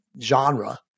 genre